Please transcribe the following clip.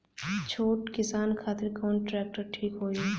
छोट किसान खातिर कवन ट्रेक्टर ठीक होई?